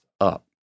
up